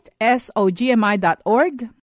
SOGMI.org